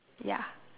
ya